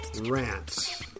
Rants